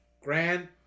Grand